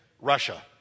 Russia